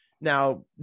Now